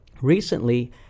recently